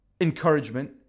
encouragement